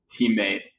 teammate